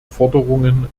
forderungen